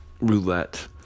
Roulette